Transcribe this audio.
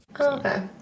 okay